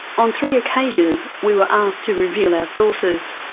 on three occasions we were asked to reveal our sources.